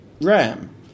RAM